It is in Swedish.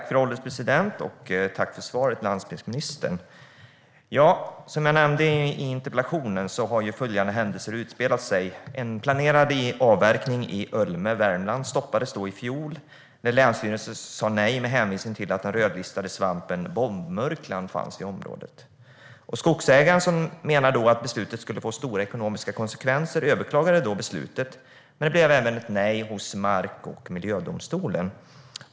Fru ålderspresident! Tack för svaret, landsbygdsministern! Som jag nämnde i interpellationen har följande händelser utspelat sig. En planerad avverkning i Ölme i Värmland stoppades i fjol när länsstyrelsen sa nej med hänsyn till att den rödlistade svampen bombmurkla finns i området. Skogsägaren, som menar att beslutet skulle få stora ekonomiska konsekvenser, överklagade beslutet, men det blev ett nej även hos mark och miljödomstolen.